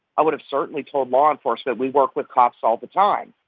i would have certainly told law enforcement. we work with cops all the time.